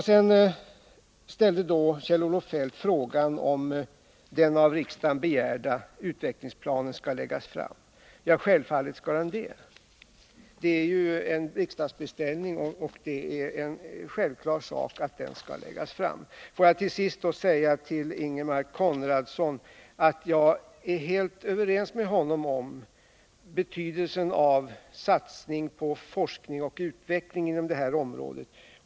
Sedan ställde då Kjell-Olof Feldt frågan om den av riksdagen begärda utvecklingsplanen skall läggas fram. Ja, självfallet skall den det. Det är ju en riksdagsbeställning, och det är en självklar sak att den skall läggas fram. Låt mig till sist säga till Ingemar Konradsson att jag är helt överens med honom om betydelsen av satsning på forskning och utveckling inom det här området.